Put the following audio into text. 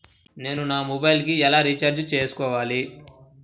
నేను నా మొబైల్కు ఎలా రీఛార్జ్ చేసుకోవాలి?